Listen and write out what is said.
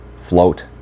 Float